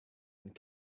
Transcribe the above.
and